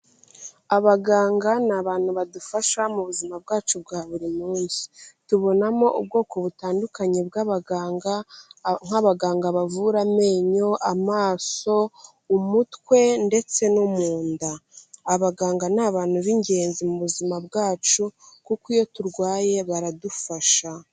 Abaganga ni abantu badufasha mu buzima bwacu bwa buri munsi, tubonamo ubwoko butandukanye bw'abaganga nk'abaganga bavura amenyo, amaso, umutwe ndetse no mu nda. Abaganga ni abantu b'ingenzi mu buzima bwacu kuko iyo turwaye baradufasha.